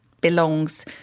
belongs